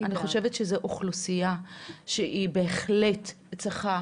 אני חושבת שזו אוכלוסיה שהיא בהחלט צריכה,